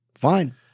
fine